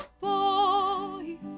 boy